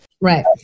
Right